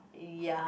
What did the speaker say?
ya